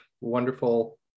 wonderful